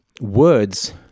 words